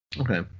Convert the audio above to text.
Okay